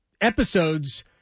episodes